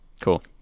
Cool